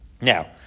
Now